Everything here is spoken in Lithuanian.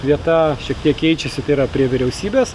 vieta šiek tiek keičiasi tai yra prie vyriausybės